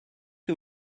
que